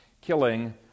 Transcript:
killing